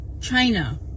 China